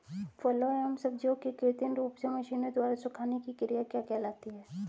फलों एवं सब्जियों के कृत्रिम रूप से मशीनों द्वारा सुखाने की क्रिया क्या कहलाती है?